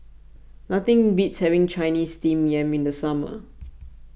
nothing beats having Chinese Steamed Yam in the summer